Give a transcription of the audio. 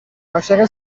عاشق